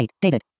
David